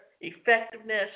effectiveness